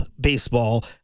baseball